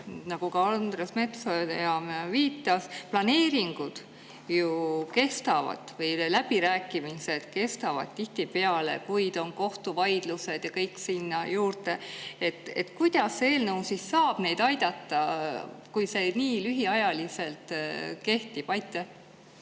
nagu ka Andres Metsoja viitas, planeeringud ju kestavad, läbirääkimised kestavad tihtipeale kuid, on kohtuvaidlused ja kõik sinna juurde. Kuidas see eelnõu saab neid aidata, kui see nii lühikest aega kehtib? Aitäh,